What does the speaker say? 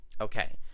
Okay